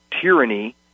tyranny